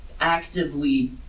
actively